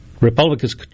Republicans